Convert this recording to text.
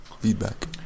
feedback